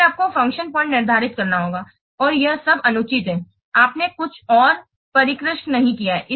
फिर आपको function point निर्धारित करना होगा और यह अब अनुचित है आपने कुछ और परिष्कृत नहीं किया है